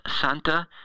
Santa